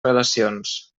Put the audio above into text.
relacions